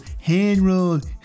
hand-rolled